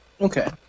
Okay